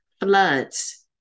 floods